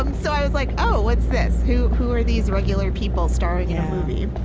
um so i was like, oh, what's this? who who are these regular people starring in a movie?